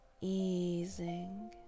easing